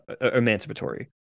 emancipatory